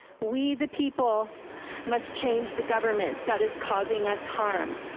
we, the people must change the government that is causing us harm.